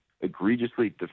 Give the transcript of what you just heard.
egregiously